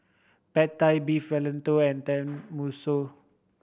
Pad Thai Beef Vindaloo and Tenmusu